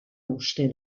uste